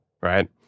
right